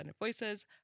voices